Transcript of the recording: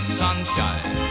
sunshine